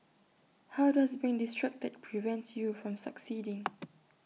how does being distracted prevent you from succeeding